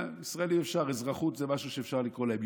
ישראלים אפשר, אזרחות זה משהו שאפשר לקרוא להם.